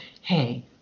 hey